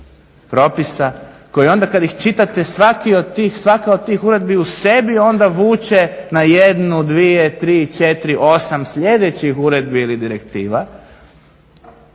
svaki od tih, svaka od tih uredbi u sebi onda vuče na jednu, dvije, tri, četiri, osam slijedećih uredbi ili direktiva.